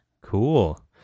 Cool